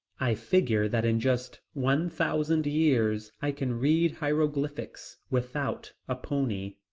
i figure that in just one thousand years i can read hieroglyphics without a pony.